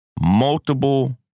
multiple